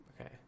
Okay